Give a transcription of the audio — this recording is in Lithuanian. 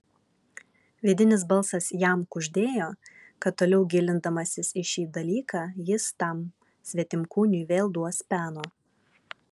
vidinis balsas jam kuždėjo kad toliau gilindamasis į šį dalyką jis tam svetimkūniui vėl duos peno